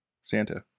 Santa